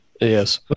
Yes